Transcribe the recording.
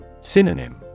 Synonym